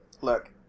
Look